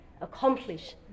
accomplish